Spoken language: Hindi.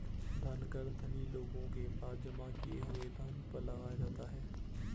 धन कर धनी लोगों के पास जमा किए हुए धन पर लगाया जाता है